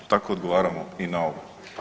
Tako odgovaramo i na ovo.